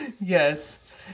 Yes